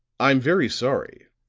i'm very sorry,